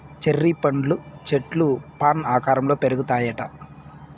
cherry పండ్ల చెట్లు fan ఆకారంల పెరుగుతాయిట